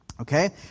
Okay